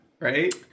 right